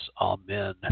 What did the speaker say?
Amen